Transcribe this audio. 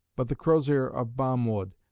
but the crosier of balm-wood,